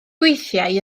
gweithiai